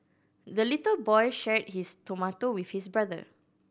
the little boy shared his tomato with his brother